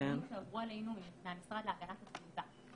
מהנתונים שהועברו אלינו מהמשרד להגנת הסביבה.